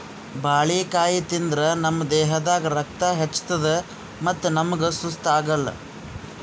ಬಾಳಿಕಾಯಿ ತಿಂದ್ರ್ ನಮ್ ದೇಹದಾಗ್ ರಕ್ತ ಹೆಚ್ಚತದ್ ಮತ್ತ್ ನಮ್ಗ್ ಸುಸ್ತ್ ಆಗಲ್